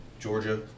Georgia